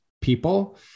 people